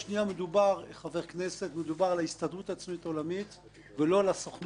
מדובר בהסתדרות הציונית העולמית ולא על הסוכנות היהודית.